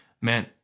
man